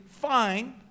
fine